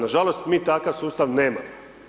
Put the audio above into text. Nažalost, mi takav sustav nemamo.